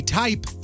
type